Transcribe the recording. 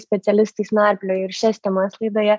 specialistais narplioju ir šias temas laidoje